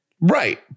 Right